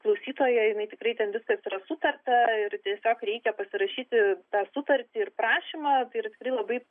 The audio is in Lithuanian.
klausytoja jinai tikrai ten viskas yra sutarta ir tiesiog reikia pasirašyti tą sutartį ir prašymą tai yra tikrai labai